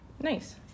Nice